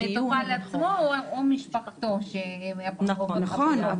המטופל עצמו ומשפחתו --- נכון,